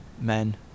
men